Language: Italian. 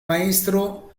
maestro